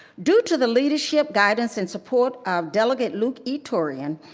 due to the leadership, guidance, and support of delegate luke e. turian,